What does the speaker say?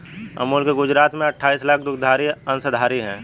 अमूल के गुजरात में अठाईस लाख दुग्धधारी अंशधारी है